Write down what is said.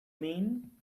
mean